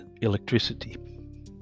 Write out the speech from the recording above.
electricity